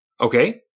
Okay